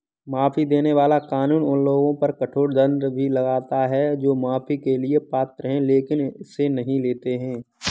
माफी देने वाला कानून उन लोगों पर कठोर दंड भी लगाता है जो माफी के लिए पात्र हैं लेकिन इसे नहीं लेते हैं